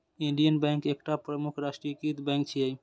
Indian bank एकटा प्रमुख राष्ट्रीयकृत बैंक छियै